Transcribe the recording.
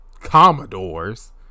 Commodores